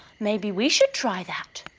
maybe we should try that?